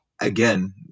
again